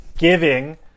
Giving